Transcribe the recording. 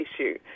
issue